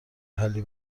حلی